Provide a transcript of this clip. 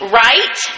right